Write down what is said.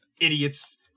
Idiots